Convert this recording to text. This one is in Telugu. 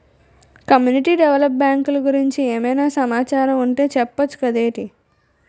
కమ్యునిటీ డెవలప్ బ్యాంకులు గురించి ఏమైనా సమాచారం ఉంటె చెప్పొచ్చు కదేటి